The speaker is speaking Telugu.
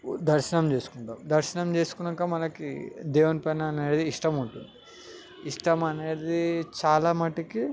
దర్శనం చేసుకుంటాం దర్శనం చేసుకున్నాక మనకి దేవుడు పైన అనేటి ఇష్టం ఉంటుంది ఇష్టం అనేటిది చాలా మట్టుకి